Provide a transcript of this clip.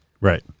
Right